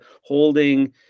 holding